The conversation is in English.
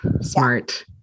Smart